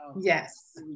yes